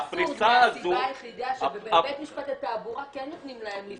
זה אבסורד מהסיבה היחידה שבבית המשפט לתעבורה כן נותנים להם לפרוס.